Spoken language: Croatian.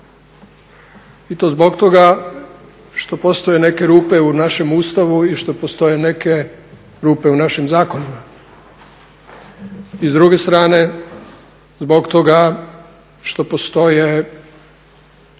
i to zbog toga što postoje neke rupe u našem Ustavu i što postoje neke rupe u našim zakonima. I s druge strane zbog toga što postoje,